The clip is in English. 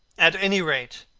at any rate,